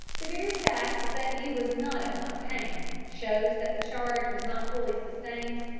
the very fact that he was not at once hanged shows that the charge was not fully sustained,